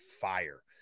fire